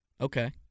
Okay